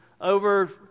over